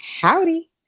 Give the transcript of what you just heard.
Howdy